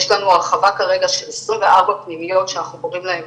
יש לנו הרחבה כרגע של 24 פנימיות שאנחנו קוראים להם